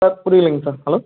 sir புரியலிங்க sir hello